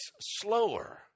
slower